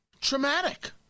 traumatic